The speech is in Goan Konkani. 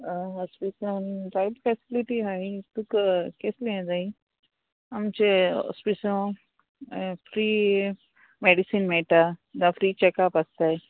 हॉस्पिटलान जायत फेसिलिटी हांव तुका केसलें जाय आमचे हॉस्पिटल फ्री मॅडिसीन मेळटा जावं फ्री चॅकअप आसताय